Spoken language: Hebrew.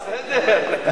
בסדר.